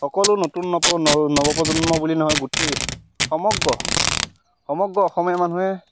সকলো নতুন নৱ নৱপ্ৰজন্ম বুলি নহয় গোটেই সমগ্ৰ সমগ্ৰ অসমীয়া মানুহে